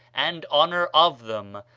and honor of them,